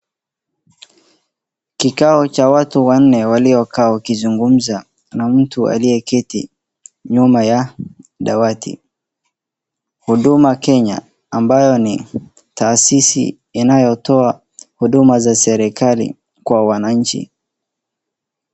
Kikao cha watu wanne waliokaa wakizungumza na mtu aliyeketi nyuma ya dawati. Huduma Kenya ambayo ni taasisi inayotoa huduma za serikali kwa wananchi.